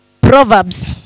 Proverbs